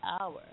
hour